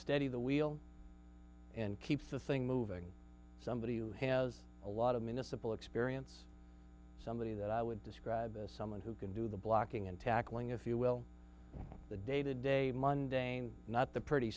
steady the wheel and keeps the thing moving somebody who has a lot of municipal experience somebody that i would describe as someone who can do the blocking and tackling if you will the day to day monday not the pretty